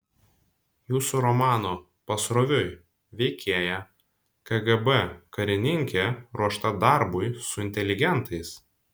jūsų romano pasroviui veikėja kgb karininkė ruošta darbui su inteligentais